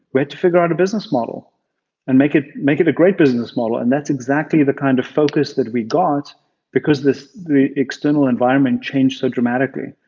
we had to figure out a business model and make it make it a great business model. and that's exactly the kind of focus that we got because the external environment changed so dramatically.